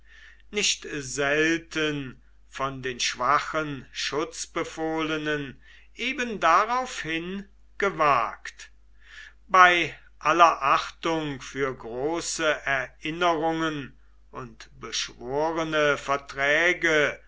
nicht selten von den schwachen schutzbefohlenen eben daraufhin gewagt bei aller achtung für große erinnerungen und beschworene verträge